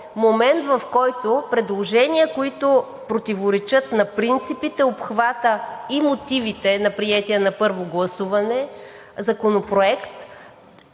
момент, в който предложения, които противоречат на принципите, обхвата и мотивите на приетия на първо гласуване законопроект,